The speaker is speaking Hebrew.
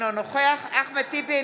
אינו נוכח אחמד טיבי,